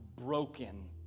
Broken